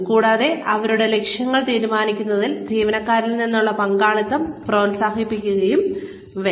കൂടാതെ അവരുടെ ലക്ഷ്യങ്ങൾ തീരുമാനിക്കുന്നതിൽ ജീവനക്കാരിൽ നിന്നുള്ള പങ്കാളിത്തം പ്രോത്സാഹിപ്പിക്കുകയും വേണം